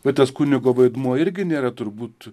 va tas kunigo vaidmuo irgi nėra turbūt